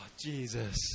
Jesus